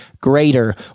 greater